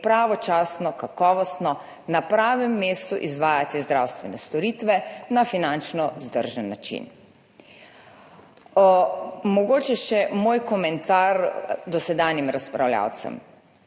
pravočasno, kakovostno, na pravem mestu izvajati zdravstvene storitve na finančno vzdržen način. Mogoče še moj komentar dosedanjim razpravljavcem.